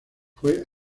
fue